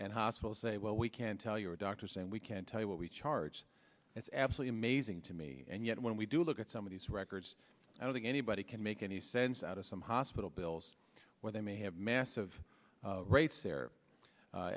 and hospitals say well we can tell your doctor say we can't tell you what we charge it's absolutely amazing to me and yet when we do look at some of these records i don't think anybody can make any sense out of some hospital bills where they may have massive rates there